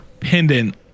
Pendant